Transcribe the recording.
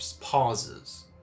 pauses